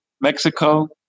Mexico